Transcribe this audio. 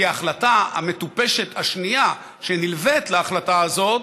כי ההחלטה המטופשת השנייה, שנלווית להחלטה הזאת,